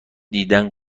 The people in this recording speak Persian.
دیدن